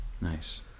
Nice